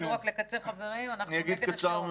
תשתדלו לקצר, חברים, אנחנו נגד השעון.